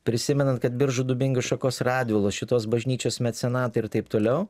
prisimenant kad biržų dubingių šakos radvilos šitos bažnyčios mecenatai ir taip toliau